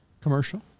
commercial